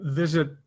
visit